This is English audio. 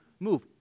Move